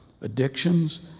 addictions